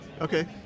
okay